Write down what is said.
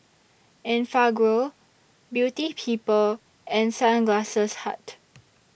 Enfagrow Beauty People and Sunglass Hut